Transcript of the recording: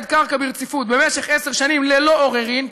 קרקע ברציפות במשך עשר שנים ללא עוררין,